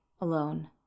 alone